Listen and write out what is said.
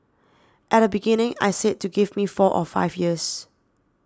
at the beginning I said to give me four or five years